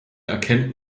erkennt